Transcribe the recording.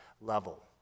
level